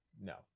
No